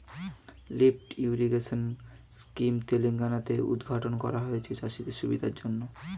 lift irrigation scheme Telangana তে উদ্ঘাটন করা হয়েছে চাষিদের সুবিধার জন্যে